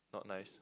not nice